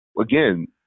again